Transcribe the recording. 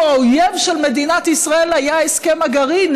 האויב של מדינת ישראל היה הסכם הגרעין,